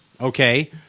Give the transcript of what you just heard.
Okay